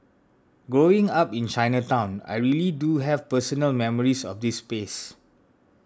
growing up in Chinatown I really do have personal memories of this space